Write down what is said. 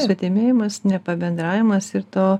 svetimėjimas nepabendravimas ir to